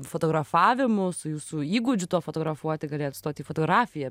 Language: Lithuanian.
fotografavimu su jūsų įgūdžiu tuo fotografuoti galėjot stot į fotografiją